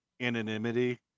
anonymity